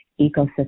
ecosystem